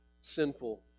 sinful